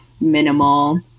minimal